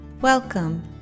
Welcome